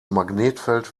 magnetfeld